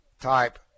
type